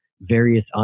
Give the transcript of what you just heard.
various